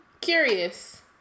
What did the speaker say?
Curious